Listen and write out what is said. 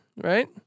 right